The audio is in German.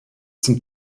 zum